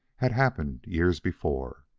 had happened years before.